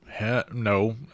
No